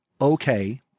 okay